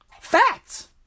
Facts